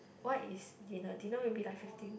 what is dinner dinner maybe like fifteen